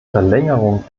verlängerung